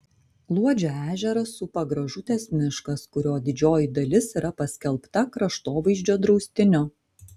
luodžio ežerą supa gražutės miškas kurio didžioji dalis yra paskelbta kraštovaizdžio draustiniu